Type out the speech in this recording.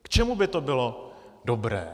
K čemu by to bylo dobré?